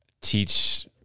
teach